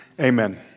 Amen